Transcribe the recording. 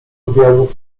objawów